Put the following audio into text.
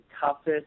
toughest